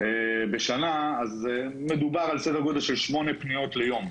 בשנה אז מדובר על סדר-גודל של 8 פניות ליום.